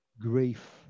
grief